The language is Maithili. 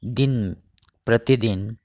दिन प्रतिदिन